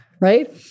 right